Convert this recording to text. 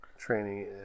Training